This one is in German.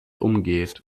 umgeht